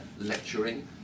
lecturing